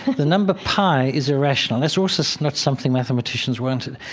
the number pi is irrational. that's also not something mathematicians wanted.